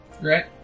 Right